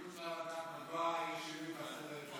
אם אפשר לדעת מדוע היה שינוי בסדר-היום,